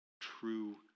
true